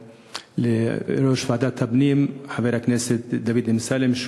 ליושב-ראש ועדת הפנים חבר הכנסת דוד אמסלם,